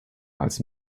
als